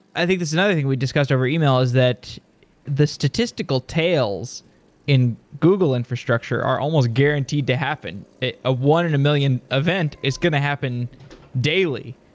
i think there's another thing we discussed over email is that the statistical tales in google infrastructure are almost guaranteed to happen. a a one in a million event is going to happen daily.